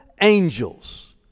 angels